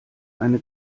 eine